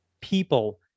people